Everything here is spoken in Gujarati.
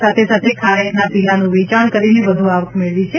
સાથે સાથે ખારેકના પીલાનું વેચાણ કરીને વધુ આવક મેળવી છે